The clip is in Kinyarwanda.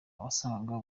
wasangaga